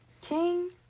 king